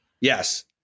Yes